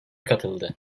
katıldı